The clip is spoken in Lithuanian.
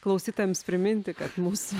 klausytojams priminti kad mūsų